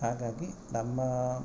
ಹಾಗಾಗಿ ನಮ್ಮ